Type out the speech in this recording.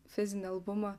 fizinį albumą